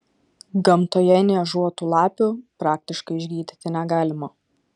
gamtoje niežuotų lapių praktiškai išgydyti negalima